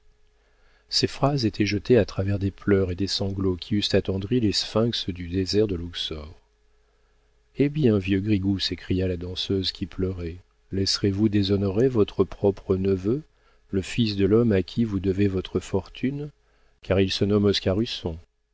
ces phrases étaient jetées à travers des pleurs et des sanglots qui eussent attendri les sphinx du désert de louqsor eh bien vieux grigou s'écria la danseuse qui pleurait laisserez-vous déshonorer votre propre neveu le fils de l'homme à qui vous devez votre fortune car il se nomme